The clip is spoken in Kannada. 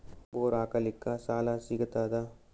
ಬೋರ್ ಹಾಕಲಿಕ್ಕ ಸಾಲ ಸಿಗತದ?